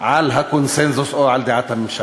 על הקונסנזוס או על דעת הממשלה.